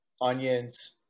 onions